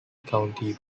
county